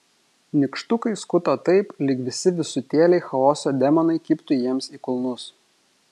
nykštukai skuto taip lyg visi visutėliai chaoso demonai kibtų jiems į kulnus